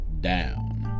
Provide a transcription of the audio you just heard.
down